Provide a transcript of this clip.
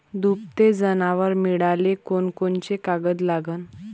दुभते जनावरं मिळाले कोनकोनचे कागद लागन?